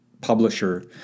publisher